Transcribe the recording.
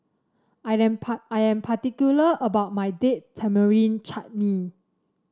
T am I am particular about my Date Tamarind Chutney